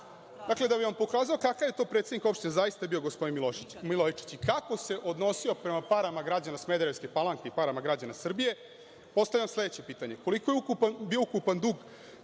bih vam pokazao kakav je to predsednik opštine zaista bio gospodini Milojičić i kako se odnosio prema parama građana Smederevske Palanke i parama građana Srbije, postavljam sledeće pitanje – koliki je bio ukupan dug